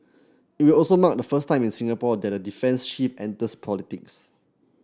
it will also mark the first time in Singapore that a defence chief enters politics